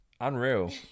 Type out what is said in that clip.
unreal